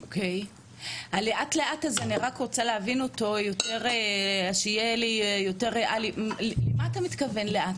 אוקי, אני רק רוצה להבין את ה'לאט לאט'